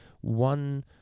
one